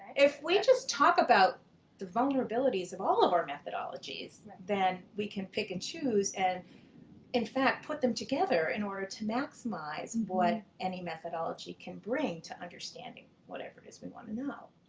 if we just talk about the vulnerabilities of all of our methodologies then we can pick and choose and in fact put them together in order to maximize what any methodology can bring to understanding whatever it is we want to know.